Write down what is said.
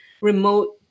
remote